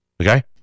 Okay